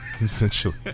essentially